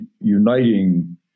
uniting